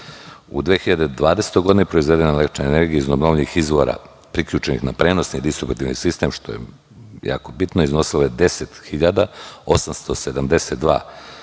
U 2020. godini proizvedena električna energija iz obnovljivih izvora priključenih na prenosni distributivni sistem, što je jako bitno je iznosila 10.872 gigavat